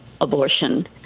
abortion